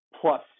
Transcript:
plus